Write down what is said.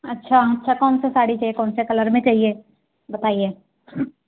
अच्छा अच्छा कौन से साड़ी चाहिए कौन से कलर में चाहिए